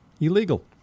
illegal